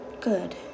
Good